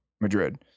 madrid